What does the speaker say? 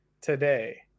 today